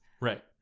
right